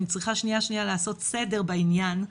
אני צריכה שניה לעשות סדר בעניין,